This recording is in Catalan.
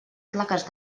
plaques